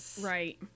Right